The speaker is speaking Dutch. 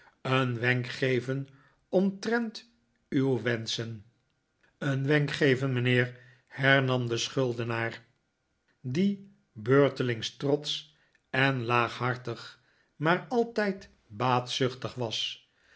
een wenk geven omtrent uw wenschen een wenk geven mijnheer hernam de schuldenaar die beurtelings trotsch en laaghartig maar altijd baatzuchtig was